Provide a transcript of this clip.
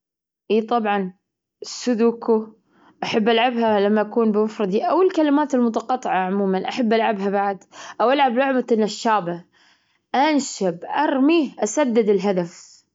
زهرة اللوتس وهذي شفتها في أحد المراعظ-في-في- فالمعارض. شفتها كانت تطلع في وقت بس من وقت من السنة. وحبيت هالزهرة جدا. يعني، اعتقد لما كنت مسافر باريس.